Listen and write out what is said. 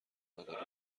نداره